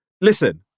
listen